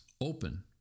open